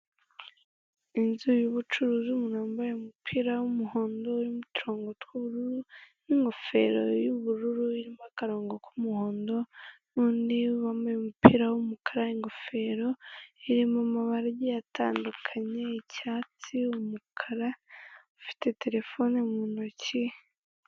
Inzu y'ubucuruzi umuntu wambaye umupira w'umuhondo urimo uturongo tw'ubururu n'ingofero y'ubururu irimo akarongo k'umuhondo n'undi wambaye umupira w'umukara ingofero irimo amabara agiye atandukanye icyatsi umukara ufite terefone mu ntoki.